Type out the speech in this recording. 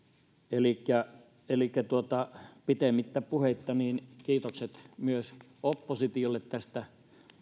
elikkä elikkä pitemmittä puheitta kiitokset myös oppositiolle tästä